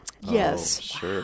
yes